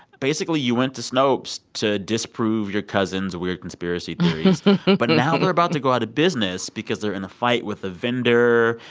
basically, you went to snopes to disprove your cousin's weird conspiracy but now they're about to go out of business because they're in a fight with a vendor,